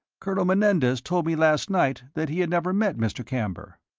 colonel menendez told me last night that he had never met mr. camber.